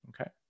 Okay